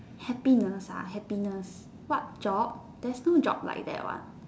happiness happiness what job there's no job like that what